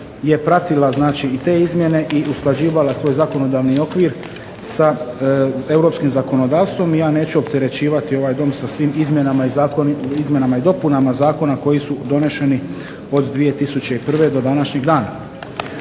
je pratila znači i te izmjene i usklađivala svoj zakonodavni okvir sa europskim zakonodavstvom. I ja neću opterećivati ovaj Dom sa svim izmjenama i dopunama zakona koji su doneseni od 2001. do današnjeg dana.